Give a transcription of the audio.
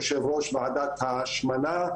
יושב ראש ועדת ההשמנה,